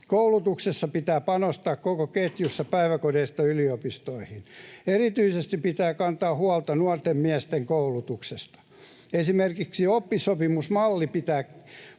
Koulutuksessa pitää panostaa koko ketjuun päiväkodeista yliopistoihin. Erityisesti pitää kantaa huolta nuorten miesten koulutuksesta. Esimerkiksi oppisopimusmallia pitää